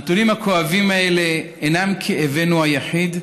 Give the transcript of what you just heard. הנתונים הכואבים האלו אינם כאבנו היחיד.